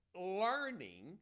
learning